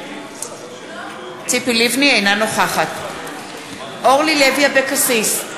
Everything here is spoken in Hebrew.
אינה נוכחת אורלי לוי אבקסיס,